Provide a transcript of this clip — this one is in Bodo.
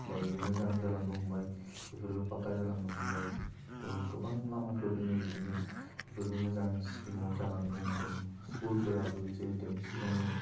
दायो मोजां जालांनो हमबाय बेफोरबो फाखा जालांनो हमबाय थह गोबां लामाफोर दङ बिदिनो बेफोरबो मोजां स्किमाव जालांनो हमदों स्कुलफोराबो जिहेथु सिगाङो